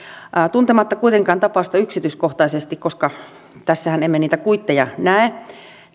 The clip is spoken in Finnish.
tuntematta kuitenkaan tapausta yksityiskohtaisesti tässähän emme niitä kuitteja näe